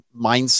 mindset